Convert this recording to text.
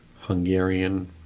Hungarian